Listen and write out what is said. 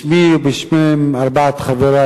בשמי ובשם חברי,